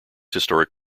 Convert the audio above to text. historic